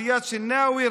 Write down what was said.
זיאד שנאוי,